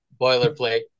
boilerplate